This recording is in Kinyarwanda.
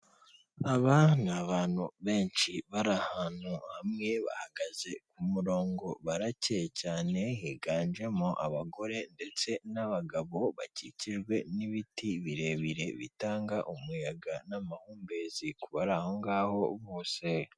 Aba ni abantu benshi bari ahantu hamwe bahagaze ku murongo barakeye cyane higanjemo abagore ndetse n'abagabo bakikijwe n'ibiti birebire bitanga umuyaga n'amahumbezi kubari ahongaho bose.